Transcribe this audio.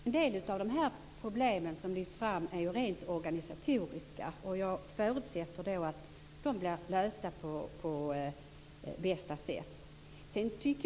En del av de problem som har lyfts fram är rent organisatoriska. Jag förutsätter att de blir lösta på bästa sätt.